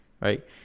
Right